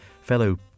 Fellow